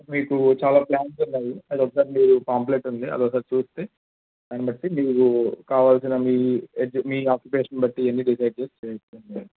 మీకు చాలా ప్లాన్స్ ఉన్నాయి అది ఒకసారి మీరు పాంప్లేట్ ఉంది అది ఒకసారి చూస్తే దాన్ని బట్టి మీకు కావాల్సిన మీ ఎడ్యు మీ అప్లికేషన్ని బట్టి ఈ అన్ని డీటెయిల్స్ చేస్తాం